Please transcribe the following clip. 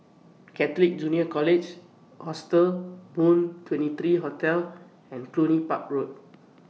Catholic Junior College Hostel Moon twenty three Hotel and Cluny Park Road